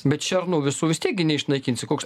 bet šernų visų vis tiek gi neišnaikinsi koks